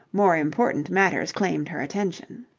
more important matters claimed her attention.